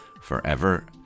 forever